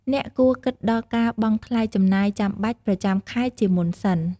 អ្នកគួរគិតដល់ការបង់ថ្លៃចំណាយចាំបាច់ប្រចាំខែជាមុនសិន។